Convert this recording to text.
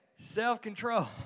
Self-control